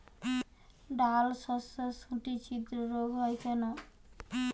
ডালশস্যর শুটি ছিদ্র রোগ হয় কেন?